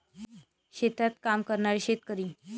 शेतात काम करणारे शेतकरी